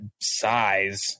size